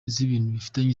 bifitanye